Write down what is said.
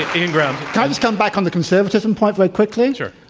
ian ground. can i just come back on the conservatism point very quickly. sure.